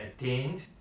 attained